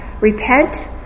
Repent